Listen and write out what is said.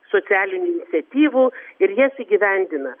socialinių iniciatyvų ir jas įgyvendina